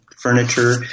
Furniture